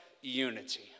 unity